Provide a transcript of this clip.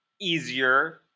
easier